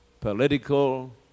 political